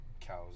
cows